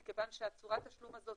מכיוון שצורת התשלום הזאת